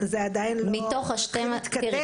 מתוך ה-12 --- זאת אומרת,